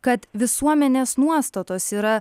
kad visuomenės nuostatos yra